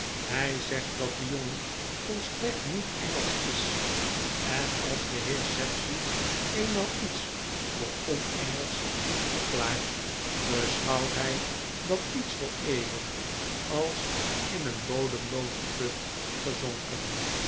hij zegt dat de jongen volstrekt niet engelsch is en als de heer sapsea eenmaal iets voor onengelsch heeft verklaard beschouwt hij dat iets voor eeuwig als in een bodemloozen put gezonken